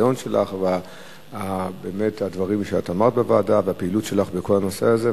הניסיון שלך והפעילות שלך בכל הנושא הזה.